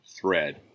thread